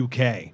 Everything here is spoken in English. UK